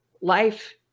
life